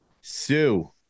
Sue